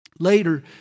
Later